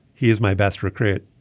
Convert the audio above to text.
he is my best recruit